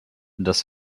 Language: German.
das